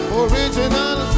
original